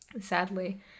Sadly